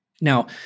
Now